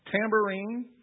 tambourine